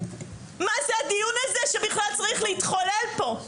מה זה הדיון הזה שבכלל צריך להתחולל פה?